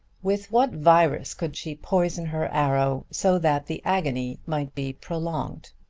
with what virus could she poison her arrow, so that the agony might be prolonged?